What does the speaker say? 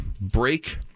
break